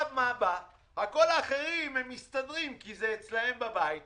כל האחרים מסתדרים כי זה אצלם בבית,